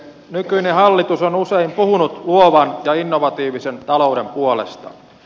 nykyinen hallitus on usein puhunut luovan ja innovatiivisen talouden puolesta